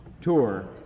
tour